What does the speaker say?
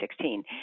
2016